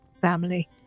family